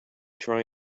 try